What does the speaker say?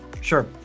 sure